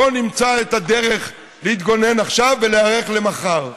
בואו נמצא את הדרך להתגונן עכשיו ולהיערך למחר,